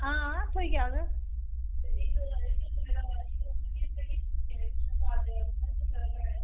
आं थ्होई जाह्ग